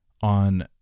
on